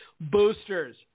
Boosters